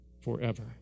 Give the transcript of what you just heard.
forever